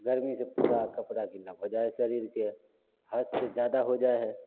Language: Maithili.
गर्मीसँ पूरा कपड़ा गिला भए जाइ हइ शरीरके हदसँ जादा हो जाइ हइ